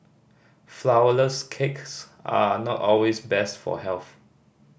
flourless cakes are not always best for health